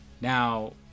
Now